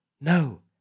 No